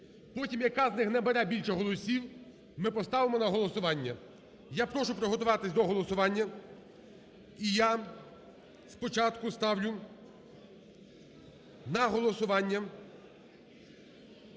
Потім, яка з них набере більше голосів, ми поставимо на голосування. Я прошу приготуватись до голосування. І я спочатку ставлю на голосування